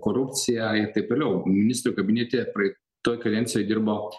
korupciją ir taip toliau ministrų kabinete praeitoj kadencijoj dirbo